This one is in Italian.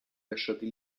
lasciati